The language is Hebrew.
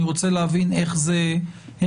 אני רוצה להבין איך זה קורה.